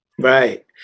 Right